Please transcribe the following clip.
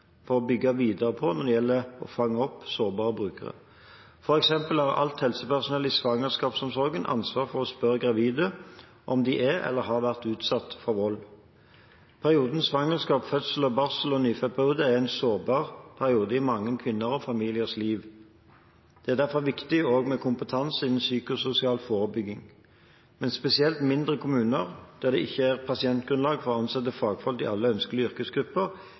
å bygge videre på når det gjelder å fange opp sårbare brukere. For eksempel har alt helsepersonell i svangerskapsomsorgen ansvar for å spørre gravide om de er eller har vært utsatt for vold. Perioden svangerskap, fødsel og barsel- og nyfødtperiode er en sårbar periode i mange kvinners og mange familiers liv. Det er derfor viktig også med kompetanse innenfor psykososial forebygging. Men spesielt i mindre kommuner, der det ikke er pasientgrunnlag for å ansette fagfolk i alle ønskelige yrkesgrupper,